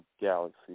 Galaxy